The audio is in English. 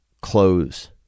close